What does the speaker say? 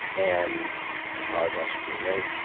and apologized for being late.